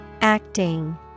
Acting